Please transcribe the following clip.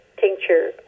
tincture